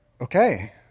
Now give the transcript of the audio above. okay